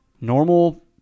Normal